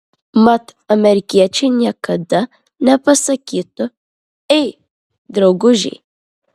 mat amerikiečiai niekada nepasakytų ei draugužiai